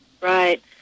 Right